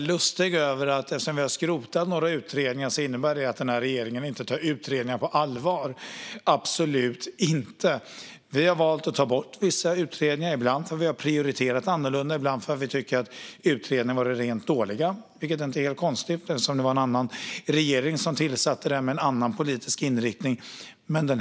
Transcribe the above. lustig och menar att eftersom vi har skrotat några utredningar innebär det att regeringen inte tar utredningar på allvar. Så är det absolut inte. Vi har valt att ta bort vissa utredningar - ibland för att vi har prioriterat annorlunda, ibland för att vi har tyckt att utredningarna varit rent dåliga. Det är inte konstigt, då det var en annan regering med en annan politisk inriktning som tillsatte dem.